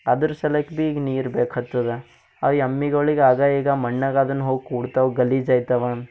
ಅದ್ರ ಸಲಕ ಭಿ ಈಗ ನೀರು ಬೇಕ್ಹತ್ತದ ಆ ಎಮ್ಮಿಗಳಿಗೆ ಆಗ ಈಗ ಮಣ್ಣಗದನ್ ಹೋಗಿ ಕೂಡ್ತವೆ ಗಲೀಜು ಆಯ್ತವೆ